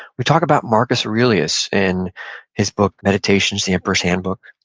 we talk about marcus aurelius and his book meditations, the emperor's handbook.